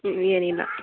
ಹ್ಞೂ ಏನಿಲ್ಲ